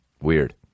Weird